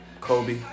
Kobe